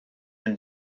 nhw